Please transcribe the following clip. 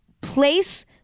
place